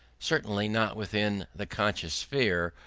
certainly not within the conscious sphere,